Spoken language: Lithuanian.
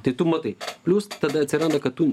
tai tu matai plius tada atsiranda kad tu